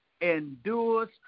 endures